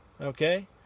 okay